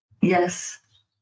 Yes